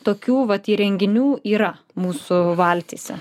tokių vat įrenginių yra mūsų valtyse